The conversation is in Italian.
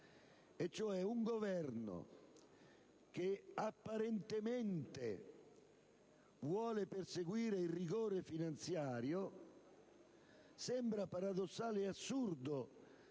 punto: un Governo che apparentemente vuole perseguire il rigore finanziario, sembra paradossale ed assurdo